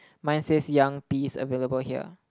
mine says young peas available here